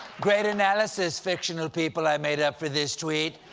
great analysis, fictional people i made up for this tweet.